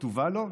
טובאלו,